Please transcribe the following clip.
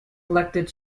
elected